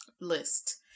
list